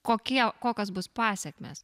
kokie kokios bus pasekmės